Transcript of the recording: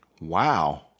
Wow